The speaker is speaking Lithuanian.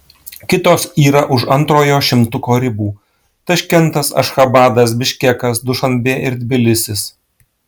kitos yra už antrojo šimtuko ribų taškentas ašchabadas biškekas dušanbė ir tbilisis